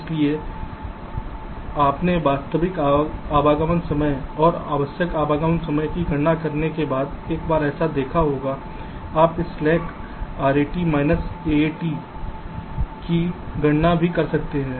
इसलिए आपने वास्तविक आगमन समय और आवश्यक आगमन समय की गणना करने के बाद एक बार देखा होगा आप इस स्लैक RAT माइनस AAT की गणना भी कर सकते हैं